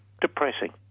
depressing